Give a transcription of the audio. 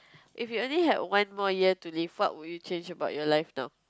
if you only had one more year to live what would you change about your life now